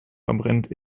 verbrennt